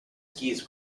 skis